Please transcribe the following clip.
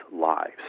lives